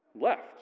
Left